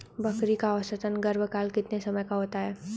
बकरी का औसतन गर्भकाल कितने समय का होता है?